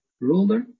ruler